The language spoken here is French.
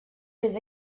des